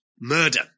murder